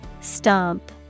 Stomp